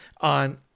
on